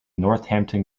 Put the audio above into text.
northampton